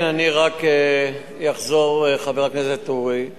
כן, אני רק אחזור, חבר הכנסת אורי מקלב,